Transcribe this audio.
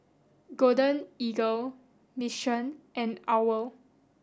Golden Eagle Mission and OWL